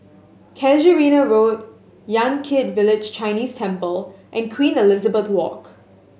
Casuarina Road Yan Kit Village Chinese Temple and Queen Elizabeth Walk